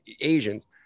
Asians